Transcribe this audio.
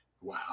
wow